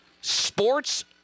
Sports